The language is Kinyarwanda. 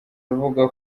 avuga